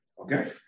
Okay